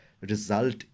result